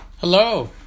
Hello